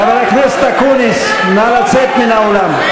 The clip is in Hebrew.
חבר הכנסת אקוניס, נא לצאת מן האולם.